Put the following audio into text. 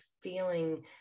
feeling